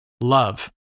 love